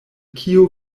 kio